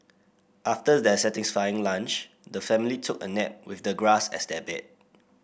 after their satisfying lunch the family took a nap with the grass as their bed